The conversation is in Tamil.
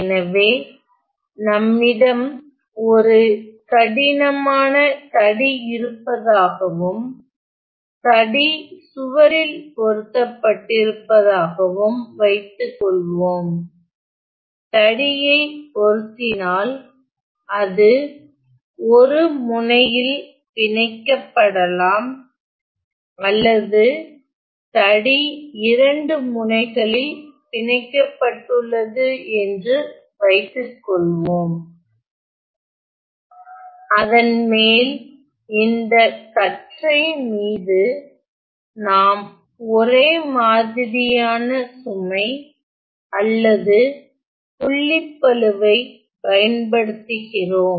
எனவே நம்மிடம் ஒரு கடினமான தடி இருப்பதாகவும் தடி சுவரில் பொருத்தப்பட்டிருப்பதாகவும் வைத்துக்கொள்வோம் தடியை பொருத்தினால் அது 1 முனையில் பிணைக்கப்படலாம் அல்லது தடி 2 முனைகளில் பிணைக்கப்பட்டுள்ளது என்று வைத்துக்கொள்வோம் அதன் மேல் இந்த கற்றை மீது நாம் ஒரே மாதிரியான சுமை அல்லது புள்ளிப்பளுவை பயன்படுத்துகிறோம்